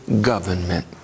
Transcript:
government